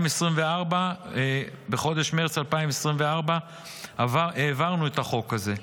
2024. בחודש מרץ 2024 העברנו את החוק הזה.